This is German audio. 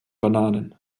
bananen